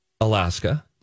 Alaska